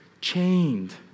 chained